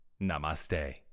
Namaste